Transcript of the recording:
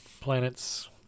planets